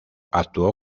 actuó